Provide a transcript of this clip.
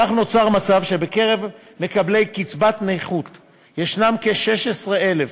כך נוצר המצב שבקרב מקבלי קצבת נכות ישנן כ-16,000,